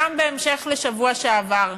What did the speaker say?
גם בהמשך לשבוע שעבר: